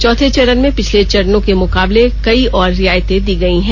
चौथे चरण में पिछले चरणों के मुकाबले कई और रियायतें दी गयी हैं